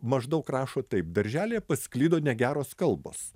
maždaug rašo taip darželyje pasklido negeros kalbos